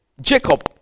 Jacob